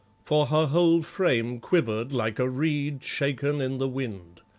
for her whole frame quivered like a reed shaken in the wind.